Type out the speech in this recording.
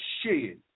shed